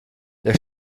der